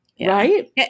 Right